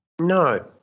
No